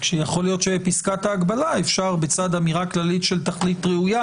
כשיכול להיות שבפסקת ההגבלה אפשר בצד אמירה כללית של תכלית ראויה,